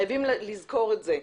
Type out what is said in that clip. חייבים לזכור את זה.